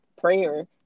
prayer